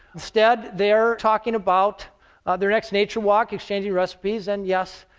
instead they're talking about their next nature walk, exchanging recipes, and yes,